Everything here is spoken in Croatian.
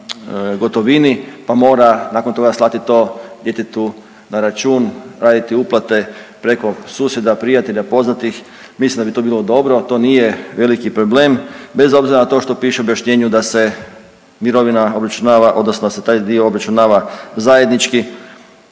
gotovini pa mora nakon toga slati to djetetu na računa, raditi uplate preko susjeda, prijatelja, poznatih, mislim da bi to bilo dobro, to nije veliki problem, bez obzira na to što piše u objašnjenju da se mirovina obračunava, odnosno da se taj dio obračunava zajednički